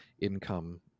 income